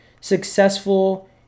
successful